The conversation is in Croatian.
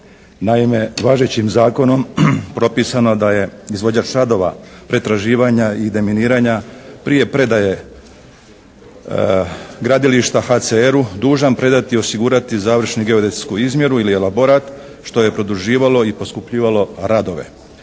Naime, važećim zakonom propisano je da je izvođač radova, pretraživanja i deminiranja prije predaje gradilišta HCR-u dužan predati i osigurati završnu geodetsku izmjeru ili elaborat što je produživalo i poskupljivalo radove